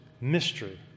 mystery